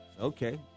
Okay